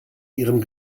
ihrem